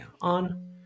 on